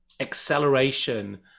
acceleration